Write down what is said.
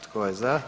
Tko je za?